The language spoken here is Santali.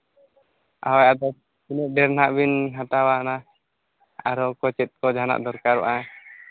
ᱦᱳᱭ ᱟᱫᱚ ᱛᱤᱱᱟᱹᱜ ᱰᱷᱮᱨ ᱦᱟᱸᱜ ᱵᱤᱱ ᱦᱟᱛᱟᱣᱟ ᱚᱱᱟ ᱟᱨᱚ ᱠᱚ ᱪᱮᱫ ᱠᱚ ᱡᱟᱦᱟᱱᱟᱜ ᱫᱚᱨᱠᱟᱨᱚᱜᱼᱟ